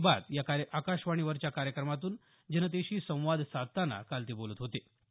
मन की बात या आकाशवाणीवरच्या कार्यक्रमातून जनतेशी संवाद साधताना काल ते बोलत होते